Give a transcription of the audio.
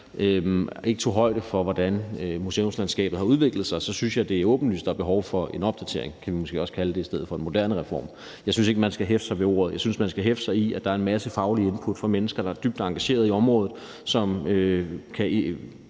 taget højde for, hvordan museumslandskabet har udviklet sig, så synes jeg, det er åbenlyst, at der er behov for en opdatering, hvad vi måske også kan kalde det i stedet for »en moderne reform«. Jeg synes ikke, man skal hæfte sig ved ordet. Jeg synes, man skal hæfte sig ved, at der er en masse faglige input fra mennesker, der er dybt engageret i området, som kan